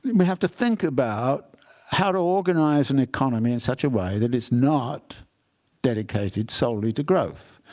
we have to think about how to organize an economy in such a way that it's not dedicated solely to growth.